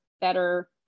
better